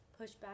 pushback